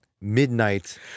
Midnight